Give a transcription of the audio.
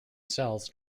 cells